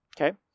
Okay